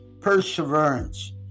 perseverance